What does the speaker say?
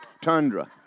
tundra